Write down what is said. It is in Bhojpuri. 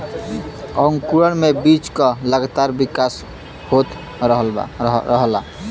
अंकुरण में बीज क लगातार विकास होत रहला